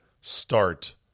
start